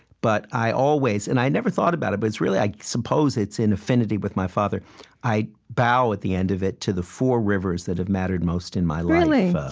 but i always and i never thought about it, but it's really, i suppose, it's in affinity with my father i bow, at the end of it, to the four rivers that have mattered most in my life ah